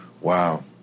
Wow